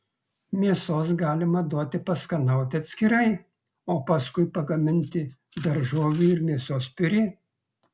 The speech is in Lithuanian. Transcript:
mėsos galima duoti paskanauti atskirai o paskui pagaminti daržovių ir mėsos piurė